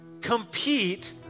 compete